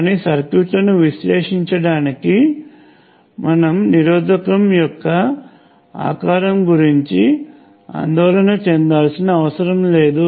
కానీ సర్క్యూట్లను విశ్లేషించడానికి మనం నిరోధకం యొక్క ఆకారం గురించి ఆందోళన చెందాల్సిన అవసరం లేదు